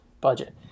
budget